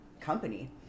company